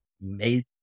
made